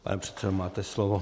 Pane předsedo, máte slovo.